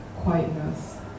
quietness